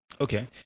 okay